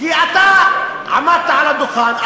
כי אתה עמדת על הדוכן,